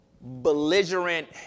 belligerent